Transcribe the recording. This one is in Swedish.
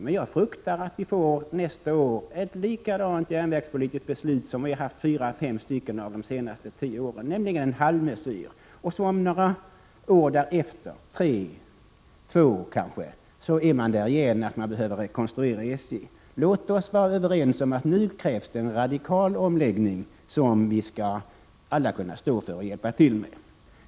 Men jag fruktar att vi nästa år får ett järnvägspolitiskt beslut av samma slag som vi har haft fyra, fem av de senaste tio åren, nämligen en halvmesyr. Och så några år därefter — kanske två eller tre år — behöver man åter rekonstruera SJ. Låt oss vara överens om att det nu krävs en radikal omläggning, som vi alla skall kunna stå för och hjälpa till med.